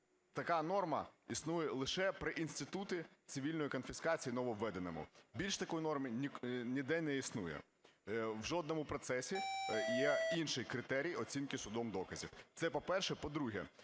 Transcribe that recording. така норма існує лише при інституті цивільної конфіскації нововведеному. Більше такої норми ніде не існує, в жодному процесі. Є інші критерії оцінки судом доказів. Це по-перше. По-друге,